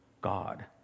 God